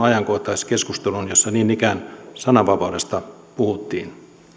ajankohtaiskeskusteluun jossa niin ikään sananvapaudesta puhuttiin